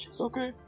Okay